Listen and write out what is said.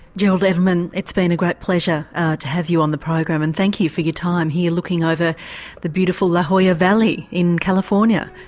gerald edelman it's been a great pleasure to have you on the program, and thank you you for your time here looking over the beautiful la jolla valley in california.